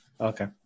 Okay